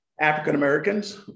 African-Americans